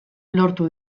lortu